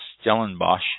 Stellenbosch